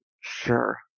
sure